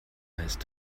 ist